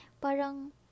parang